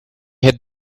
had